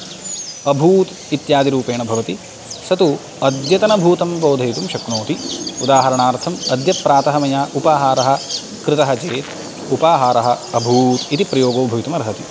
अभूत् इत्यादिरूपेण भवति स तु अद्यतनं भूतं बोधयितुं शक्नोति उदाहरणार्थम् अद्य प्रातः मया उपाहारः कृतः चेत् उपाहारः अभूत् इति प्रयोगो भवितुम् अर्हति